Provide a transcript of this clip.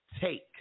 take